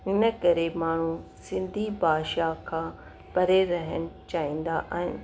इन करे माण्हूं सिंधी भाषा खां परे रहणु चाहींदा आहिनि